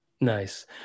nice